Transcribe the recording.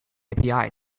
api